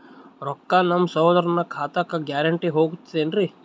ರೊಕ್ಕ ನಮ್ಮಸಹೋದರನ ಖಾತಕ್ಕ ಗ್ಯಾರಂಟಿ ಹೊಗುತೇನ್ರಿ?